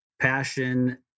passion